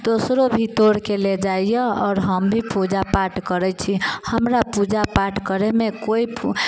दोसरो भी तोड़िके लै जाइया आओर हम भी पूजा पाठ करैत छी हमरा पूजा पाठ करैमे कोइ फूल